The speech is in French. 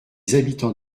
habitans